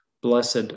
Blessed